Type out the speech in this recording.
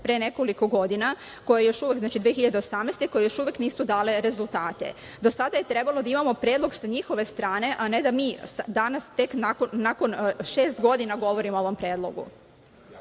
pre nekoliko godina, koje još uvek, znači 2018. godine, koje još uvek nisu dale rezultate. Do sada je trebalo da imamo predlog za sa njihove strane, a ne da mi danas, tek nakon šest godina govorimo o ovom predlogu. Dakle,